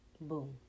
boom